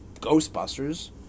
Ghostbusters